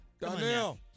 Donnell